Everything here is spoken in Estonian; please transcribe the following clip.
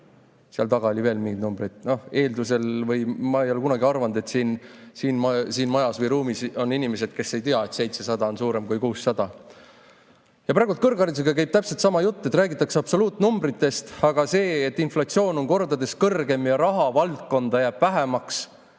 Seal taga oli veel mingeid numbreid. Noh, ma ei ole kunagi arvanud, et siin majas või ruumis on inimesi, kes ei tea, et 700 on suurem kui 600.Praegu käib kõrghariduse puhul täpselt sama jutt. Siin räägitakse absoluutnumbritest, aga seda, et inflatsioon on kordades kõrgem ja raha valdkonnas jääb vähemaks,